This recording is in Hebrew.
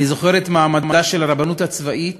אני זוכר את מעמדה של הרבנות הצבאית